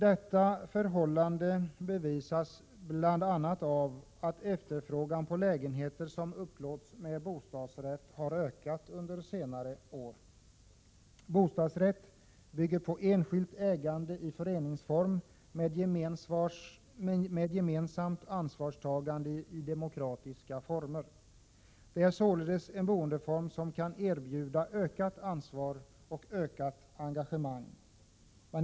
Detta förhållande bevisas bl.a. av att efterfrågan på lägenheter som upplåts med bostadsrätt har ökat under senare år. Bostadsrätt bygger på enskilt ägande i föreningsform med gemensamt ansvarstagande i demokratiska former. Det är således en boendeform som kan erbjuda ökat ansvar och engagemang.